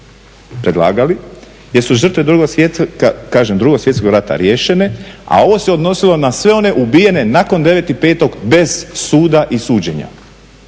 predlagali jer su žrtve 2.svjetskog rata riješene a ovo se odnosilo na sve one ubijene nakon 9.5.bez suda i suđenja,